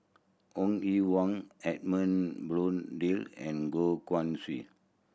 Ong Ye Wung Edmund Blundell and Goh Guan Siew